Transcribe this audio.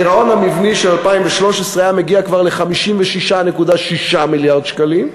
הגירעון המבני של 2013 היה מגיע כבר ל-56.6 מיליארד שקלים,